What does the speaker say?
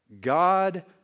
God